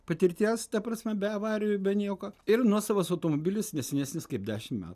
patirties ta prasme be avarijų be nieko ir nuosavas automobilis ne senesnis kaip dešim metų